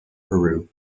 peru